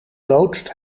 loodst